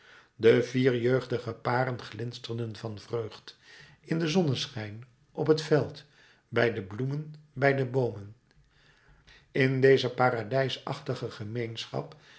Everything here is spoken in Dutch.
de vier jeugdige paren glinsterden van vreugd in den zonneschijn op het veld bij de bloemen bij de boomen in deze paradijsachtige gemeenschap